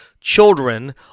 children